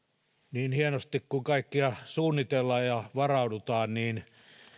niin hienosti kuin kaikkea suunnitellaan ja varaudutaan niin